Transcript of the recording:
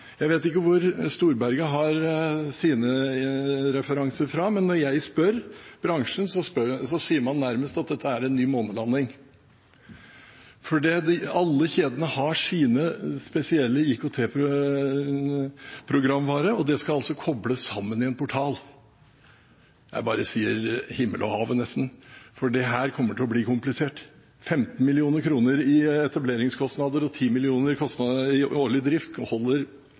Jeg vet ikke hvor Storberget har sine referanser fra, men når jeg spør bransjen, sier man at dette nærmest er en ny månelanding. For alle kjedene har sin spesielle IKT-programvare, og det skal kobles sammen i en portal. Himmel og hav, sier jeg – for dette kommer til å bli komplisert. 15 mill. kr i etableringskostnader og 10 mill. kr i årlig drift holder